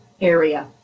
area